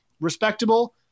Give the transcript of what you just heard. Respectable